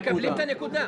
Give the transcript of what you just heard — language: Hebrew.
הם מקבלים את הנקודה.